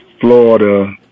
Florida